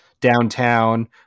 downtown